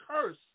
curse